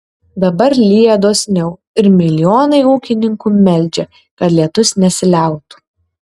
dabar lyja dosniau ir milijonai ūkininkų meldžia kad lietus nesiliautų